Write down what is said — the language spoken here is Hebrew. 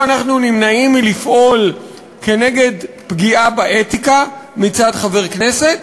אנחנו נמנעים מלפעול כנגד פגיעה באתיקה מצד חבר כנסת,